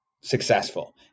successful